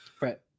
Right